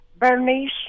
Bernice